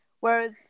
whereas